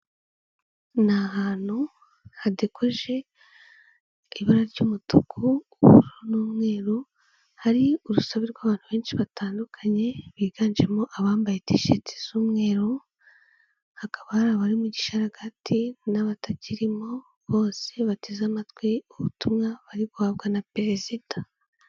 Ni ahantu hadekoje ibara ry'umutuku, ubururu n'umweru, hari urusobe rw'abantu benshi batandukanye biganjemo abambaye tisheti z'umweru, hakaba hari abari mu gisharagati n'abatakirimo bose bateze amatwi ubutumwa bari guhabwa na perezida.